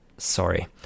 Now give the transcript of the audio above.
Sorry